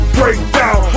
breakdown